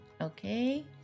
Okay